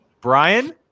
Brian